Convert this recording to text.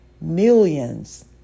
Millions